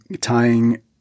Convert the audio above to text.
tying